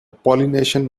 pollination